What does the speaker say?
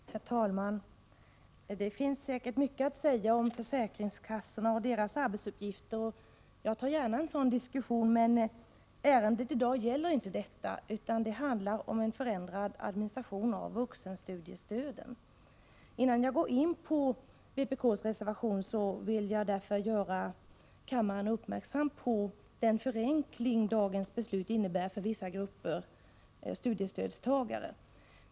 Herr talman! Det finns säkert mycket att säga om försäkringskassorna och deras arbetsuppgifter. Jag deltar gärna i en sådan diskussion, men ärendet i dag gäller inte detta utan handlar om en förändrad administration av vuxenstudiestöden. Innan jag går in på vpk:s reservation, vill jag därför göra kammaren uppmärksam på den förenkling som dagens beslut innebär för vissa grupper studiestödstagare.